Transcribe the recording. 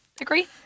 agree